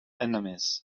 enemies